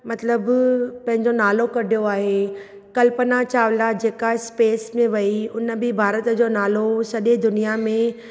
मतिलबु पंहिंजो नालो कढियो आहे कल्पना चावला जेका स्पेस में वई उन बि भारत जो नालो सॼे दुनिया में